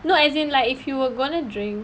no as in like if you were gonna drink